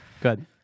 good